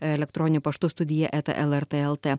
elektroniniu paštu studija eta lrt lt